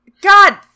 God